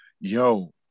yo